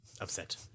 upset